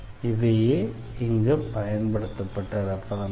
இவையே இங்கே பயன்படுத்தப்பட்ட ரெஃபரென்ஸ்கள்